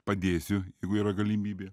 padėsiu jeigu yra galimybė